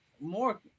more